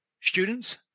students